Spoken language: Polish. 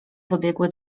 wybiegły